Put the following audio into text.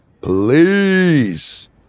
Please